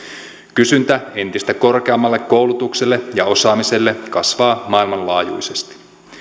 kysyntä entistä korkeammalle koulutukselle ja osaamiselle kasvaa maailmanlaajuisesti